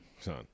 Son